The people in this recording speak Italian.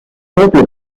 proprio